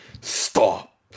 Stop